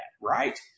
right